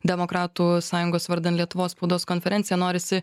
demokratų sąjungos vardan lietuvos spaudos konferenciją norisi